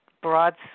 broad